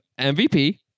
MVP